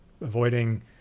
avoiding